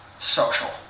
Social